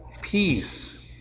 peace